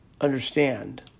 understand